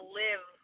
live